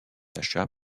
sacha